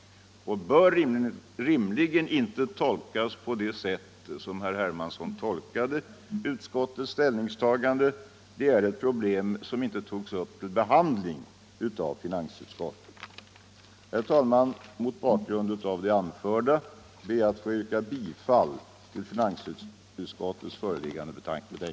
Rimligen bör inte utskottets ställningstagande tolkas på det sätt som herr Hermansson gjort. Det är ett problem som inte togs upp till behandling i finansutskottet. Herr talman! Mot bakgrund av det anförda ber jag att få yrka bifall till finansutskottets föreliggande hemställan.